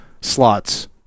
slots